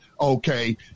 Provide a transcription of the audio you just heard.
Okay